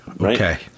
Okay